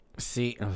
See